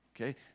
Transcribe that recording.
Okay